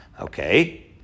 Okay